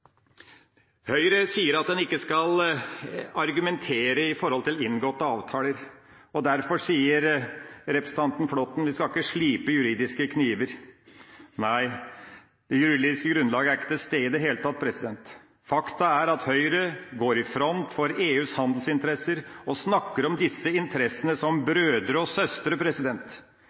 Høyre sier at en ikke skal argumentere i forhold til inngåtte avtaler. Derfor sier representanten Flåtten at vi ikke skal slipe juridiske kniver. Nei, det juridiske grunnlaget er ikke til stede i det hele tatt. Faktum er at Høyre går i front for EUs handelsinteresser og snakker om disse interessene som brødre og søstre.